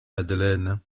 madeleine